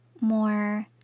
more